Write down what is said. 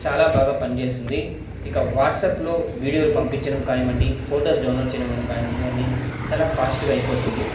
చాలా బాగా పనిచేస్తుంది ఇక వాట్సాప్లో వీడియోలు పంపించడం కానివ్వండి ఫొటోస్ డౌన్లోడ్ చేయడం కానివ్వండి చాలా ఫాస్ట్గా అయిపోతుంది